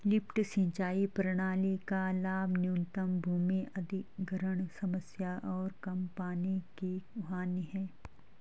lift सिंचाई प्रणाली का लाभ न्यूनतम भूमि अधिग्रहण समस्या और कम पानी की हानि है